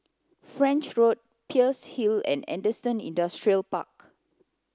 French Road Peirce Hill and Henderson Industrial Park